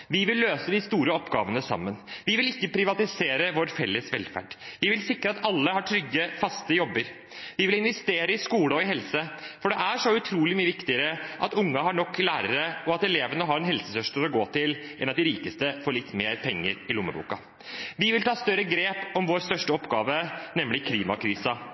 Vi vil løse de store oppgavene sammen. Vi vil ikke privatisere vår felles velferd. Vi vil sikre at alle har trygge, faste jobber. Vi vil investere i skole og helse, for det er så utrolig mye viktigere at ungene har nok lærere, og at elevene har en helsesøster å gå til, enn at de rikeste får litt mer penger i lommeboka. Vi vil ta større grep om vår største oppgave, nemlig